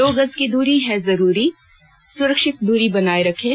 दो गज की दूरी है जरूरी सुरक्षित दूरी बनाए रखें